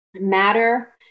matter